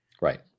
Right